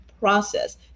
process